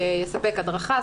שיספק הדרכה,